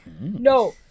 No